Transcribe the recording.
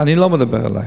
אני לא מדבר עלי.